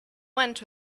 went